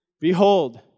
Behold